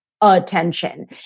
attention